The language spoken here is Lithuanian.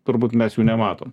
turbūt mes jų nematom